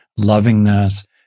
lovingness